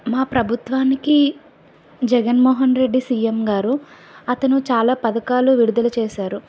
మా ప్రభుత్వానికి జగన్ మోహన్ రెడ్డి సీఎం గారు అతను చాలా పథకాలు విడుదల చేశారు